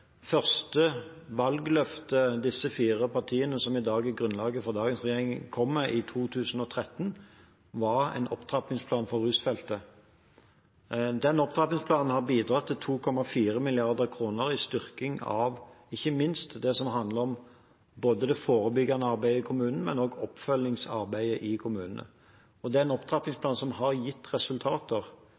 første valgløftet disse fire partiene som er grunnlaget for dagens regjering, kom med i 2013, var en opptrappingsplan for rusfeltet. Den opptrappingsplanen har bidratt til 2,4 mrd. kr i styrking av ikke minst det som handler om det forebyggende arbeidet i kommunene, men også oppfølgingsarbeidet i kommunene. Den opptrappingsplanen har gitt resultater. Det er nå 2 700 flere årsverk som